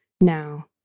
now